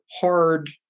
hard